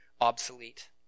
obsolete